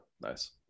nice